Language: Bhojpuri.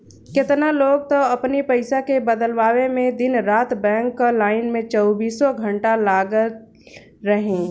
केतना लोग तअ अपनी पईसा के बदलवावे में दिन रात बैंक कअ लाइन में चौबीसों घंटा लागल रहे